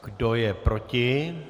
Kdo je proti?